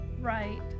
Right